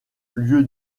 lieu